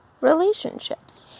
relationships